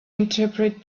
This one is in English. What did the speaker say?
interpret